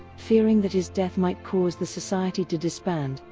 fearing that his death might cause the society to disband,